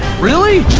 really?